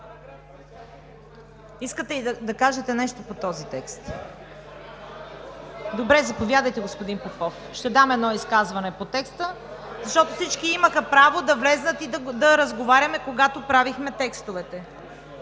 Искате да кажете нещо по този текст? Добре, заповядайте, господин Попов. Ще дам едно изказване по текста, защото всички имаха право да влезнат и да разговаряме, когато правихме текстовете.